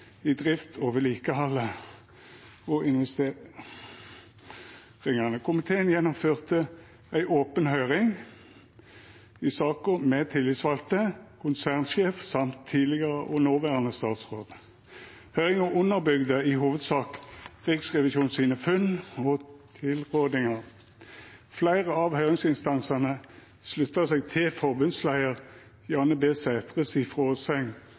og investeringane. Komiteen gjennomførte ei open høyring i saka med tillitsvalde, konsernsjef og tidlegare og noverande statsråd. Høyringa underbygde i hovudsak Riksrevisjonens funn og tilrådingar. Fleire av høyringsinstansane slutta seg til forbundsleiar Jane B.